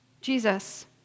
Jesus